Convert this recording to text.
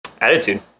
attitude